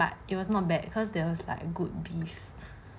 but it was not bad cause that was like good beef